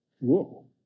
Whoa